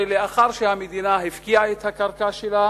שלאחר שהמדינה הפקיעה את הקרקע שלה